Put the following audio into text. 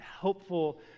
helpful